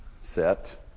set